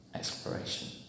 exploration